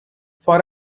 for